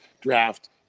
draft